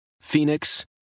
Phoenix